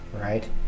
right